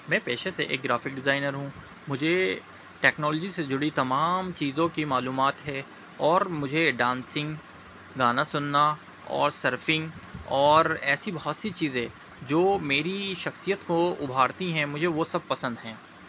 میں پیشے سے ایک گرافک ڈیزائنر ہوں مجھے ٹیکنالوجی سے جڑی تمام چیزوں کی معلومات ہے اور مجھے ڈانسنگ گانا سننا اور سرفنگ اور ایسی بہت سی چیزیں جو میری شخصیت کو ابھارتی ہیں مجھے وہ سب پسند ہیں